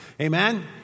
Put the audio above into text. Amen